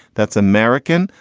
that's american.